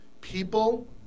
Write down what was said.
People